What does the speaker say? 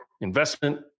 investment